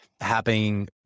happening